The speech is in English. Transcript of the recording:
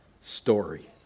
story